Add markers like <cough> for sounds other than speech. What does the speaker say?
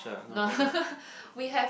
no <laughs> we have